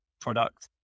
product